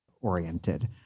oriented